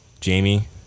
Jamie